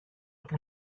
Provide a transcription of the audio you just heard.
που